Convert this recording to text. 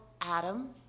Adam